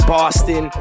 Boston